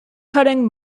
cutting